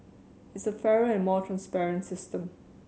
it's a fairer and more transparent system